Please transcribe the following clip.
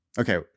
Okay